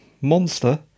monster